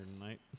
tonight